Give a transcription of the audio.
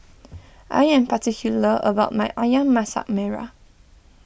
I am particular about my Ayam Masak Merah